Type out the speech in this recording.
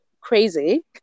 crazy